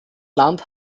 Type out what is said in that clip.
land